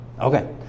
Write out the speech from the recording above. Okay